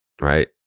right